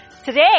Today